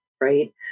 Right